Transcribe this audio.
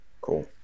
Cool